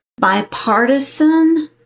bipartisan